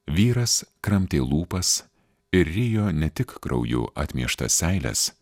vyras kramtė lūpas ir rijo ne tik krauju atmieštas seiles